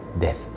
death